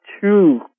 two